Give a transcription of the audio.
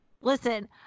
Listen